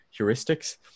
heuristics